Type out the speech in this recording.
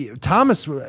Thomas